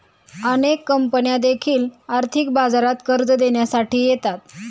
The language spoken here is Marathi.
अनेक कंपन्या देखील आर्थिक बाजारात कर्ज देण्यासाठी येतात